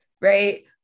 right